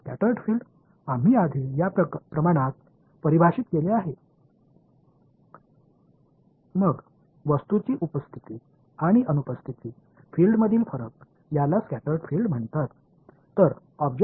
சிதறிய புலம் இந்த அளவை நாம் முன்னர் வரையறுத்துள்ளோம் பின்னர் ஒரு பொருள் இருக்கும்போதும் இல்லாத நிலையிலும் புலங்களுக்கு இடையிலான வேறுபாடு ஸ்கடா்டு ஃபில்டு என்று அழைக்கப்படுகிறது